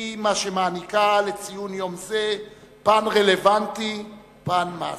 היא שמעניקה לציון יום זה פן רלוונטי, פן מעשי.